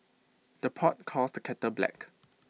the pot calls the kettle black